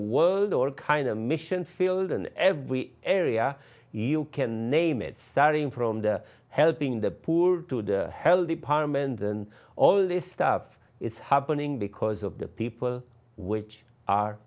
world or kind a mission field in every area you can name it starting from the helping the poor to the health department and all this stuff is happening because of the people which are